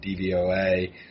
DVOA